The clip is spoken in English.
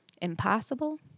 Impossible